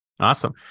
Awesome